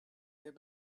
their